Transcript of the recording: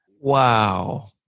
Wow